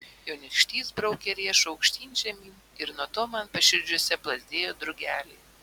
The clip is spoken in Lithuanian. jo nykštys braukė riešu aukštyn žemyn ir nuo to man paširdžiuose plazdėjo drugeliai